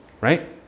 Right